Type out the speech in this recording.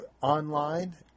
online